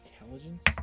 intelligence